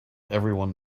everyone